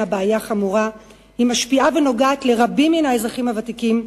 בעיה חמורה המשפיעה ונוגעת לרבים מן האזרחים הוותיקים.